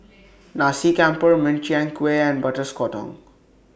Nasi Campur Min Chiang Kueh and Butter Sotong